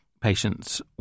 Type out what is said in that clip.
patients